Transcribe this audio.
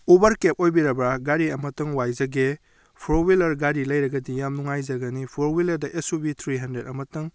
Uber cab ꯑꯣꯏꯕꯤꯔꯕ ꯒꯥꯔꯤ ꯑꯃꯇꯪ ꯋꯥꯏꯖꯒꯦ ꯐ꯭ꯔꯣ ꯋꯤꯂꯔ ꯒꯥꯔꯤ ꯂꯩꯔꯒꯗꯤ ꯌꯥꯝꯅ ꯅꯨꯡꯉꯥꯏꯖꯒꯅꯤ ꯐꯣꯔ ꯋꯤꯂꯔꯗ S U V three hundred ꯑꯃꯇꯪ